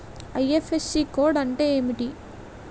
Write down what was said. IFSC code అంటే ఏంటి?